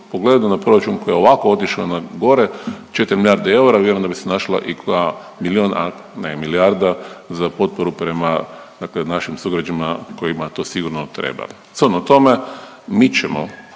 pogledu na proračun koji je ovako otišao na gore, 4 milijarde eura, vjerujem da bi se našla i koja milijun, a ne milijarda za potporu prema dakle našim sugrađanima kojima to sigurno treba. Shodno tome, mi ćemo,